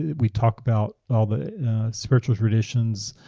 we talk about all the spiritual traditions,